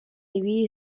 ibili